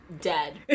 dead